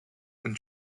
and